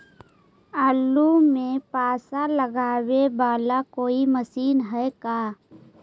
आलू मे पासा लगाबे बाला कोइ मशीन है का?